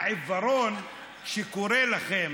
העיוורון שקורא לכם